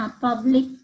Public